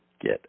get